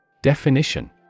Definition